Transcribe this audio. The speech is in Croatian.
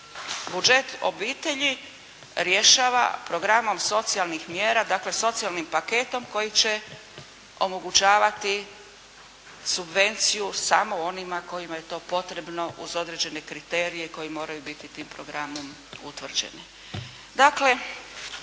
budžet obitelji rješava programom socijalnih mjera, dakle socijalnim paketom koji će omogućavati subvenciju samo onima kojima je to potrebno uz određene kriterije koji moraju biti tim programom utvrđeni.